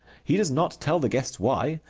he does not tell the guests why.